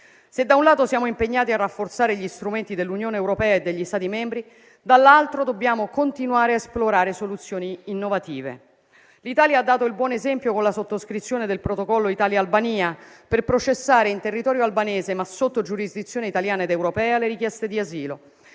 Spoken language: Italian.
Se da un lato siamo impegnati a rafforzare gli strumenti dell'Unione europea e degli Stati membri, dall'altro dobbiamo continuare a esplorare soluzioni innovative. L'Italia ha dato il buon esempio con la sottoscrizione del Protocollo Italia-Albania per processare in territorio albanese, ma sotto giurisdizione italiana ed europea, le richieste di asilo.